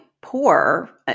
poor